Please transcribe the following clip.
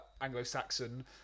Anglo-Saxon